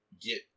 get